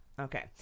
Okay